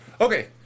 okay